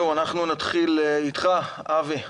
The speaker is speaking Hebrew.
אנחנו נתחיל איתך, אבי.